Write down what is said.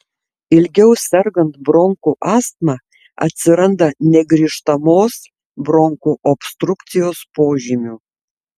ilgiau sergant bronchų astma atsiranda negrįžtamos bronchų obstrukcijos požymių